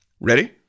Ready